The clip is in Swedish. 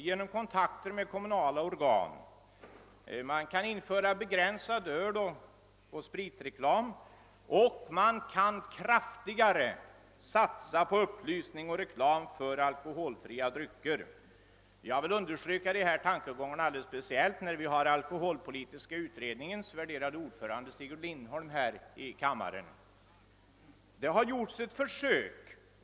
Man kan även införa en be .gränsning av öloch spritreklamen och kraftigare satsa på upplysning och reklam för alkoholfria drycker. Jag vill särskilt understryka dessa tankegångar, «eftersom alkoholpolitiska utredningens värderade ordförande Sigurd Lindholm nu är närvarande i kammaren.